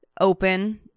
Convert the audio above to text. open